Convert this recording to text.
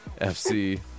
FC